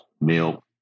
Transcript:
milk